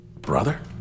Brother